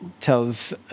tells